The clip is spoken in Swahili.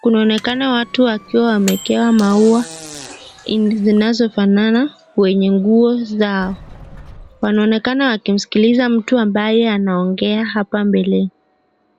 kunaonekana watu wakiwa wamewekewa maua zinazofanana wenye nguo zao. Wanaonekana wanamsikiliza mtu ambaye anaongea hapa mbele.